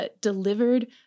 delivered